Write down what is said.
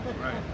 Right